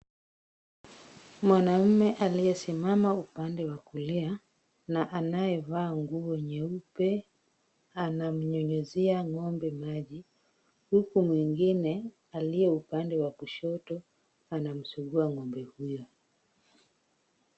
Mwanaume aliyesimama upande wa kulia na anayevaa nguo nyeupe anamnyunyuzia ngombe maji, huku mwingine aliye upande wa kushoto anamsugua ngombe huyo.